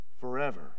forever